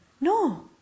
No